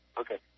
okay